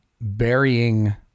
burying